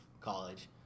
college